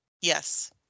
Yes